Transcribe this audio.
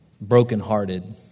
brokenhearted